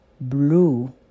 blue